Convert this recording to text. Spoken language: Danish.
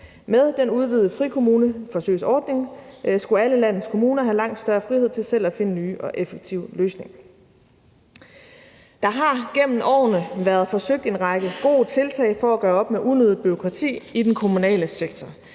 Med den udvidede frikommuneforsøgsordning skulle alle landets kommuner have langt større frihed til selv at finde nye og effektive løsninger. Der har gennem årene været forsøgt en række gode tiltag for at gøre op med unødigt bureaukrati i den kommunale sektor.